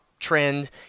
trend